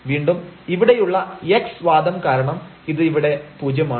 വീണ്ടും ഇവിടെയുള്ള x വാദം കാരണം ഇത് ഇവിടെ പൂജ്യമാണ്